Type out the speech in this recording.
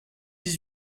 dix